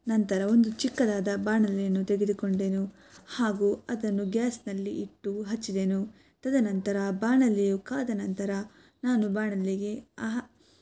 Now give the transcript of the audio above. ನಂತರ ಒಂದು ಚಿಕ್ಕದಾದ ಬಾಣಲೆಯನ್ನು ತೆಗೆದುಕೊಂಡೆನು ಹಾಗೂ ಅದನ್ನು ಗ್ಯಾಸ್ನಲ್ಲಿ ಇಟ್ಟು ಹಚ್ಚಿದೆನು ತದನಂತರ ಬಾಣಲೆಯು ಕಾದ ನಂತರ ನಾನು ಬಾಣಲೆಗೆ